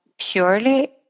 purely